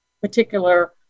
particular